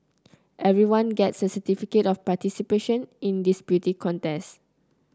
everyone gets a certificate of participation in this beauty contest